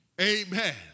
Amen